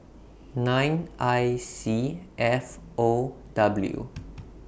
nine I C F O W